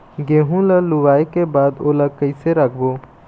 गेहूं ला लुवाऐ के बाद ओला कइसे राखबो?